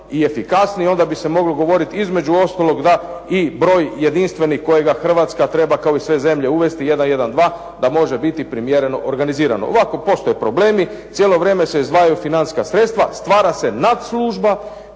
i efikasniji i onda bi se moglo govoriti između ostalog da i broj jedinstveni kojega Hrvatska treba kao i sve zemlje uvesti 112 da može biti primjereno organizirano. Ovako postoje problemi, cijelo vrijeme se izdvajaju financijska sredstva, stvara se nadslužba